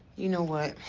you know what?